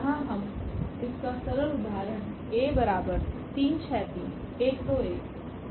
यहां हम इसका सरल उदाहरण लेंगे